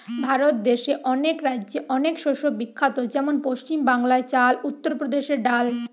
ভারত দেশে অনেক রাজ্যে অনেক শস্য বিখ্যাত যেমন পশ্চিম বাংলায় চাল, উত্তর প্রদেশে ডাল